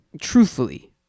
truthfully